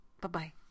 Bye-bye